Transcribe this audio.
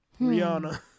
Rihanna